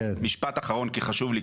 משפט אחרון, כי חשוב לי.